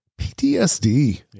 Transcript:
PTSD